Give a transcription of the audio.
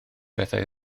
bethau